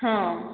ହଁ